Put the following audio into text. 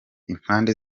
impande